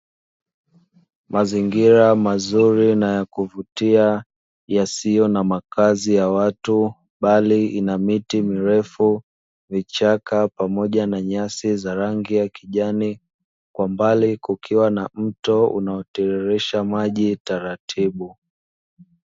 Mazingira mazuri na ya kuvutia yasiyo na makazi ya watu, bali ina miti mirefu, vichaka pamoja na nyasi za rangi ya kijani, kwa mbali kukiwa na mto unaotiririsha maji taratibu.